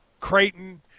creighton